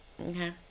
Okay